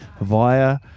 via